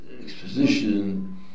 exposition